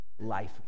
life